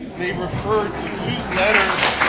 they refer to two letters